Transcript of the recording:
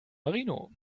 marino